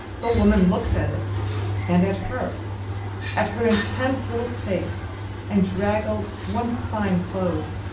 the woman looked at it and at her at her intense little face and draggled, once-fine clothes.